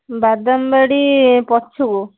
ବାଦାମବାଡ଼ି ପଛକୁ